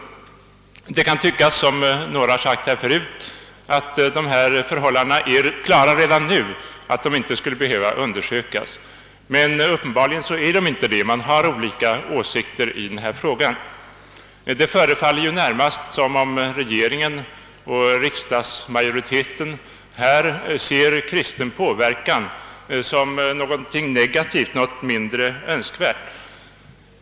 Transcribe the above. Det kan, som sagts här tidigare, tyckas att dessa förhållanden är klarlagda redan nu och att de inte behöver undersökas. Men uppenbarligen är de inte det; man har olika åsikter i denna fråga. Det förefaller ju närmast som om regeringen och riksdagsmajoriteten ser kristen påverkan som något negativt, något mindre önskvärt.